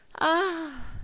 Ah